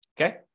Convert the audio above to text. okay